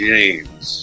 James